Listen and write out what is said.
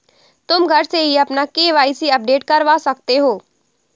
तुम घर से ही अपना के.वाई.सी अपडेट करवा सकते हो